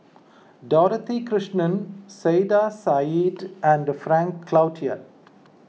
Dorothy Krishnan Saiedah Said and Frank Cloutier